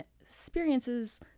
experiences